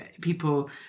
People